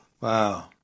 Wow